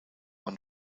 one